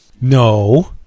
No